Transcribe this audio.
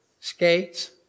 Skates